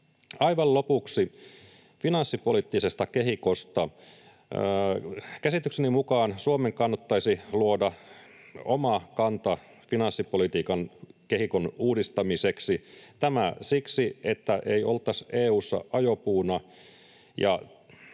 Aivan lopuksi finanssipoliittisesta kehikosta. Käsitykseni mukaan Suomen kannattaisi luoda oma kanta finanssipolitiikan kehikon uudistamiseksi. Tämä siksi, että ei oltaisi EU:ssa ajopuuna